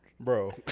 Bro